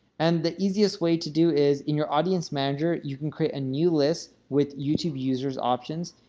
and the easiest way to do is, in your audience manager, you can create a new list with youtube users options,